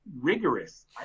rigorous